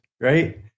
right